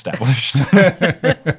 established